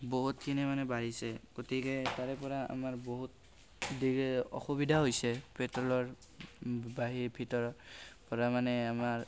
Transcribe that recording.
বহুতখিনি মানে বাঢ়িছে গতিকে তাৰে পৰা আমাৰ বহুত দি অসুবিধা হৈছে পেট্ৰ'লৰ বাহিৰ ভিতৰ পৰা মানে আমাৰ